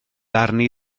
arni